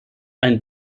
ein